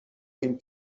این